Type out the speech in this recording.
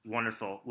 Wonderful